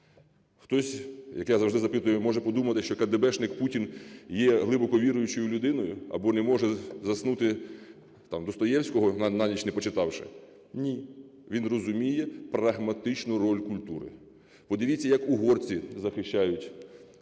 Хтось, як я завжди запитую, може подумати, що кадебешник Путін є глибоко віруючою людиною або не може заснути, там, Достоєвського на ніч не почитавши? Ні. Він розуміє прагматичну роль культури. Подивіться, як угорці захищають свій